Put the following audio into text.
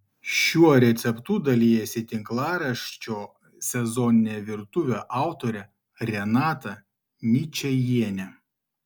šiuo receptu dalijasi tinklaraščio sezoninė virtuvė autorė renata ničajienė